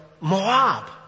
Moab